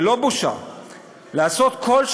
ללא בושה,